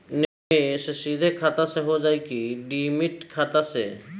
निवेश सीधे खाता से होजाई कि डिमेट खाता से?